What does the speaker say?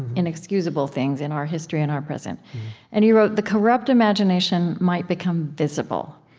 inexcusable things in our history and our present and you wrote, the corrupt imagination might become visible.